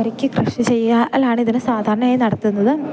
ഒരുക്കി കൃഷി ചെയ്യലാണ് ഇതിന് സാധാരണയായി നടത്തുന്നത്